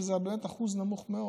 שזה באמת אחוז נמוך מאוד.